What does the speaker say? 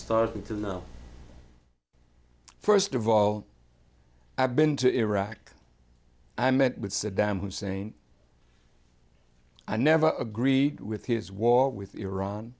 start and to know first of all i've been to iraq i met with sadam hussein i never agreed with his war with iran